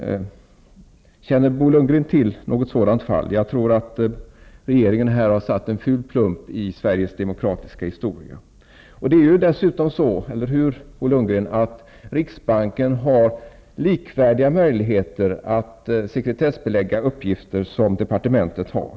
Känner Bo Lund gren till något sådant fall? Jag tror att regeringen här har satt en ful plump i Sveriges demokratiska historia. Det är dessutom så, eller hur, Bo Lundgren, att riksbanken har likvärdiga möjligheter att sekretessbelägga uppgifter som departementet har?